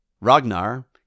Ragnar